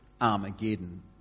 Armageddon